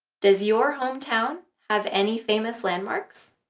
does your hometown have any famous landmarks?